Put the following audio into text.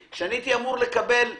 אני הייתי אמור לקבל החזר.